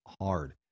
hard